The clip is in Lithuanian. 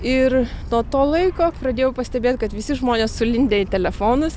ir nuo to laiko pradėjau pastebėt kad visi žmonės sulindę į telefonus